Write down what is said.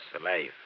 alive